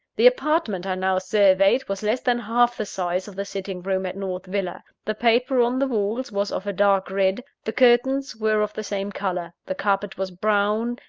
the apartment i now surveyed was less than half the size of the sitting-room at north villa. the paper on the walls was of a dark red the curtains were of the same colour the carpet was brown,